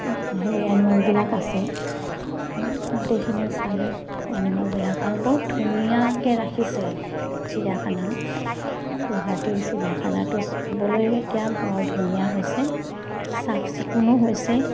হেৰি এনিমেলবিলাক আছে গোটেইখিনি চালোঁ এনিমেলবিলাক আৰু বৰ ধুনীয়াকে ৰাখিছে চিৰিয়াখানা গুৱাহাটীৰ চিৰিয়াখানাটো চাবলৈ এতিয়া বৰ ধুনীয়া হৈছে চাফ চিকুণো হৈছে